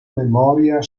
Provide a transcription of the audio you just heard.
memoria